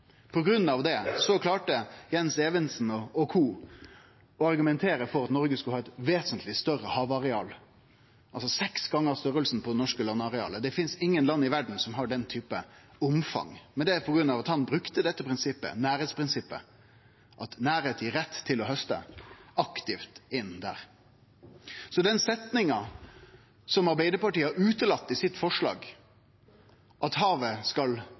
klarte Jens Evensen og co. å argumentere for at Noreg skulle ha eit vesentleg større havareal – seks gonger storleiken på det norske landarealet. Det finst ingen andre land i verda som har eit slikt omfang, men det er på grunn av at han brukte dette prinsippet, nærleiksprinsippet – at nærleik gir rett til å hauste aktivt. Så den setninga som Arbeidarpartiet har utelate i forslaget sitt, at havet skal